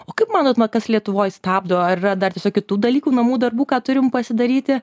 o kaip manot na kas lietuvoj stabdo ar yra dar tiesiog kitų dalykų namų darbų ką turim pasidaryti